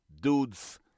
dudes